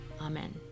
Amen